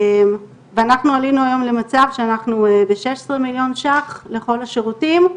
ואנחנו עלינו היום למצב שאנחנו בשישה עשר מיליון ₪ לכל השירותים.